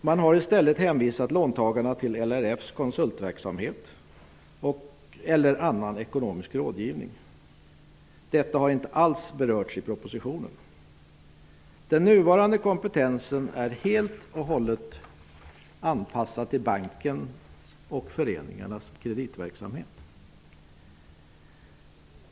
Man har i stället hänvisat låntagarna till LRF:s konsultverksamhet eller till annan ekonomisk rådgivning. Detta har inte alls berörts i propositionen. Den nuvarande kompetensen är helt och hållet anpassad till bankens och föreningarnas kreditverksamhet.